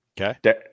Okay